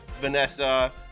Vanessa